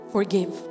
Forgive